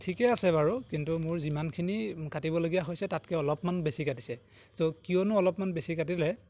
ঠিকে আছে বাৰু কিন্তু মোৰ যিমানখিনি কাটিবলগীয়া হৈছে তাতকে অলপমান বেছি কাটিছে ত' কিয়নো অলপমান বেছি কাটিলে